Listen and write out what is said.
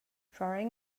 drawing